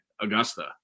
Augusta